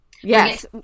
yes